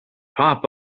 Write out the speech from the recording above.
pop